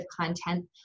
content